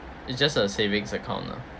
it's just a savings account lah